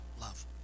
love